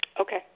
okay